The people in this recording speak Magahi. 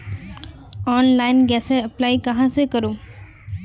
ऑनलाइन गैसेर अप्लाई कहाँ से करूम?